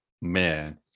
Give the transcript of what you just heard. man